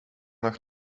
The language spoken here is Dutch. nog